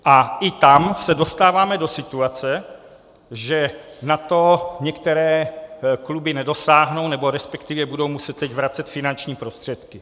A i tam se dostáváme do situace, že na to některé kluby nedosáhnou, nebo resp. budou muset teď vracet finanční prostředky.